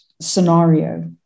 scenario